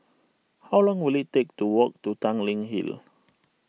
how long will it take to walk to Tanglin Hill